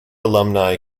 alumni